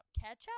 Ketchup